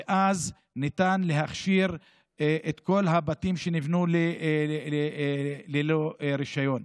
ואז ניתן להכשיר את כל הבתים שנבנו ללא רישיון.